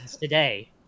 today